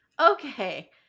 Okay